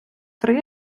три